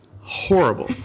horrible